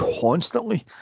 constantly